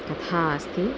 कथा अस्ति